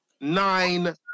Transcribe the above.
Nine